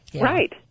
Right